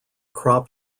crop